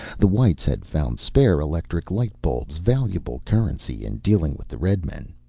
the whites had found spare electric-light bulbs valuable currency in dealing with the redmen.